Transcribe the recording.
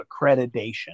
accreditation